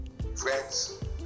Friends